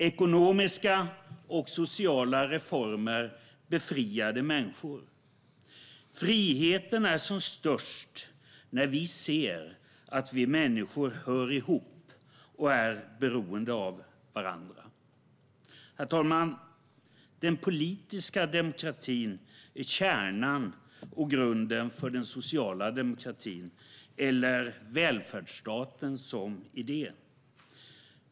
Ekonomiska och sociala reformer befriade människor. Friheten är som störst när vi ser att vi människor hör ihop och är beroende av varandra. Herr talman! Den politiska demokratin är kärnan och grunden för den sociala demokratin, eller välfärdsstaten, som idé.